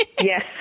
Yes